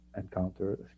encounter